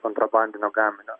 kontrabandinio gaminio